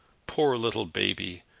poor little baby!